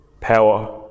power